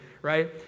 Right